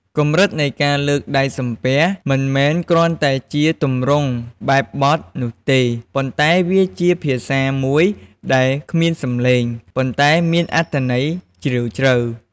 កម្រិតនៃការលើកដៃសំពះមិនមែនគ្រាន់តែជាទម្រង់បែបបទនោះទេ ប៉ុន្តែវាជា ភាសាមួយដែលគ្មានសំឡេង ប៉ុន្តែមានអត្ថន័យជ្រាលជ្រៅ។